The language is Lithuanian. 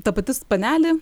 ta pati panelė